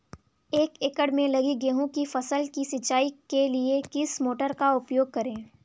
एक एकड़ में लगी गेहूँ की फसल की सिंचाई के लिए किस मोटर का उपयोग करें?